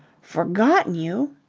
forgotten you!